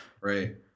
Right